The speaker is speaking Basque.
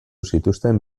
zituzten